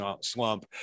slump